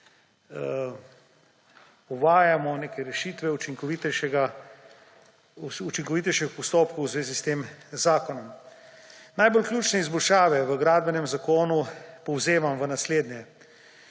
uvajamo neke rešitve učinkovitejših postopkov v zvezi s tem zakonom. Najbolj ključne izboljšave v gradbenem zakonu povzemam v naslednje.